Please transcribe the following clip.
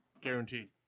guaranteed